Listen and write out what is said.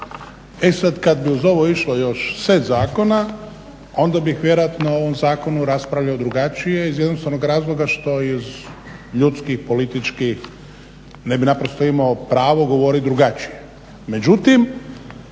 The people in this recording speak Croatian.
E sada kada bi uz ovo išlo još set zakona onda bih vjerojatno o ovom zakonu raspravljao drugačije iz jednostavnog razloga što iz ljudskih, političkih ne bi imao pravo govoriti drugačije.